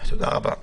תודה רבה.